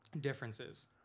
differences